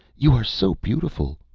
you are so beautiful!